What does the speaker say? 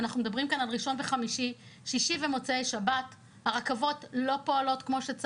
שישי ומוצאי שבת הרכבות לא פועלות,